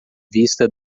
vista